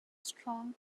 strong